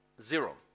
zero